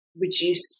reduce